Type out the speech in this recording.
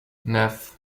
neuf